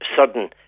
sudden